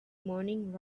morning